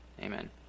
Amen